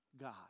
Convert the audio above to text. God